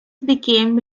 became